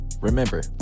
Remember